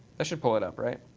that should pull it up, right?